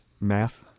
Math